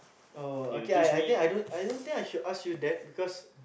oh okay I I think I don't I don't think I should ask you that because